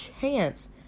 chance